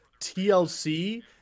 tlc